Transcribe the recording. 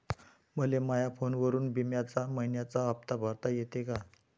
मले माया फोनवरून बिम्याचा मइन्याचा हप्ता भरता येते का?